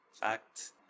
fact